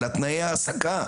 אלא תנאי העסקה,